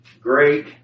great